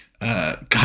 God